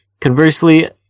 Conversely